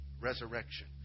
resurrection